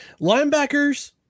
Linebackers